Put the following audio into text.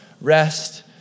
Rest